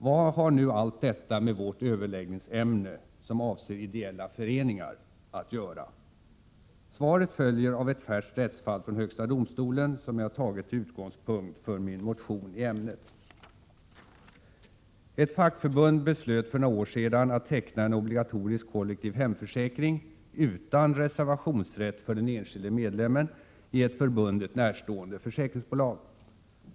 Vad har nu allt detta med vårt överläggningsämne, som avser ideella föreningar, att göra? Svaret följer av ett färskt rättsfall från högsta domstolen, som jag tagit till utgångspunkt för min motion i ämnet. Ett fackförbund beslöt för några år sedan att teckna en obligatorisk kollektiv hemförsäkring — utan reservationsrätt för den enskilde medlemmen - i ett förbundet närstående försäkringsbolag.